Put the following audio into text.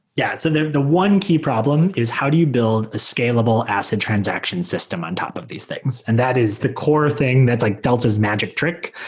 yeah. so the one key problem is how do you build a scalable acid transaction system on top of these things, and that is the core thing that's like delta's magic trick.